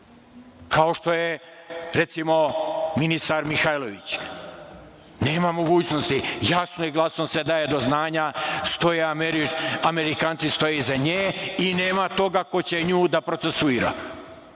kao što je recimo ministar Mihajlović. Nema mogućnosti. Jasno i glasno se daje do znanja, stoje Amerikanci iza nje i nema toga ko će nju da procesuira. To